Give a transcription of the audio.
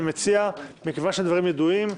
אני מציע, כיוון שהדברים ידועים,